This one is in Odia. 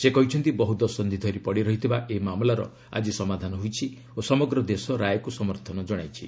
ସେ କହିଛନ୍ତି ବହୁ ଦଶନ୍ଧି ଧରି ପଡ଼ି ରହିଥିବା ଏହି ମାମଲାର ଆଜି ସମାଧାନ ହୋଇଛି ଓ ସମଗ୍ର ଦେଶ ରାୟକୁ ସମର୍ଥନ ଜଣାଇଛି